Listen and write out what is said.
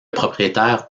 propriétaire